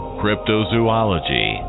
cryptozoology